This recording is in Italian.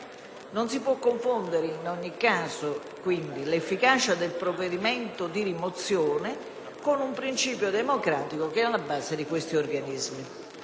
Non si può confondere in ogni caso, quindi, l'efficacia del provvedimento di rimozione con un principio democratico che è alla base di questi organismi.